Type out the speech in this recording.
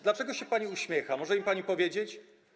Dlaczego się pani uśmiecha, może mi pani powiedzieć?